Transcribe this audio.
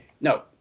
No